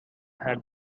had